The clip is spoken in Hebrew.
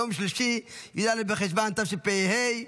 יום שלישי י"א בחשוון התשפ"ה,